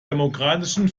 demokratischen